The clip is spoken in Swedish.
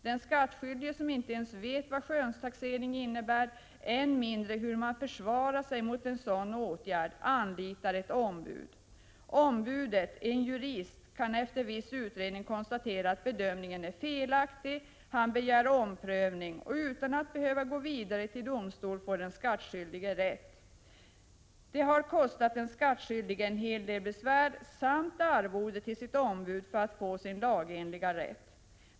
Den skattskyldige som inte ens vet vad skönstaxering innebär och än mindre vet hur man försvarar sig mot en sådan åtgärd anlitar ett ombud. Ombudet, en jurist, kan efter viss utredning konstatera att bedömningen är felaktig. Han begär omprövning. Utan att behöva gå vidare till domstol får den skattskyldige rätt. Det har kostat den skattskyldige en hel del besvär samt arvode till sitt ombud för att få sin lagenliga rätt.